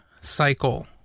cycle